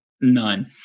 None